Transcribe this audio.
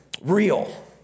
real